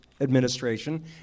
administration